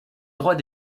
droits